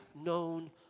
known